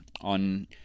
on